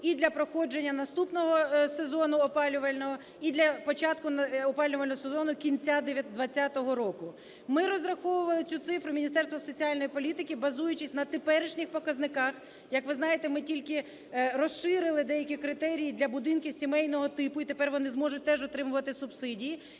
і для проходження наступного сезону опалювального, і для початку опалювального сезону кінця 2020 року. Ми розраховували цю цифру, Міністерство соціальної політики, базуючись на теперішніх показниках, як ви знаєте, ми тільки розширили деякі критерії для будинків сімейного типу, і тепер вони зможуть теж отримувати субсидії,